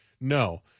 no